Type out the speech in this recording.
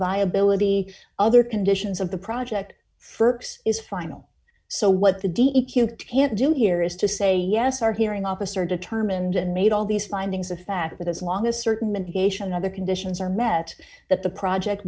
viability other conditions of the project is final so what the d e q can't do here is to say yes our hearing officer determined and made all these findings a fact that as long as certain medications other conditions are met that the project